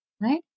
right